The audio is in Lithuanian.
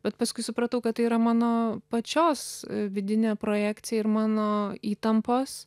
bet paskui supratau kad tai yra mano pačios vidinė projekcija ir mano įtampos